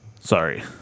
Sorry